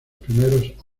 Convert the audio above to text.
primeros